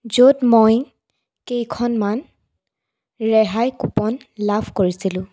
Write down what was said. য'ত মই কেইখনমান ৰেহাই কুপন লাভ কৰিছিলোঁ